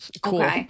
Cool